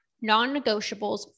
non-negotiables